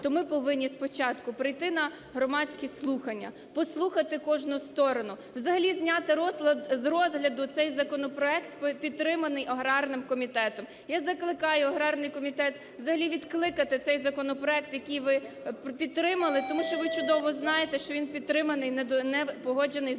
то ми повинні спочатку прийти на громадські слухання, послухати кожну сторону, взагалі зняти з розгляду цей законопроект, підтриманий аграрним комітетом. Я закликаю аграрний комітет взагалі відкликати цей законопроект, який ви підтримали, тому що ви чудово знаєте, що він підтриманий… не погоджений з усіма